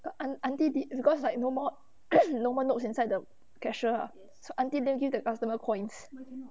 err aunt auntie did cause like no more no more notes in the cashier so auntie lian give the customer coins